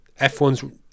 F1's